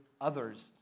others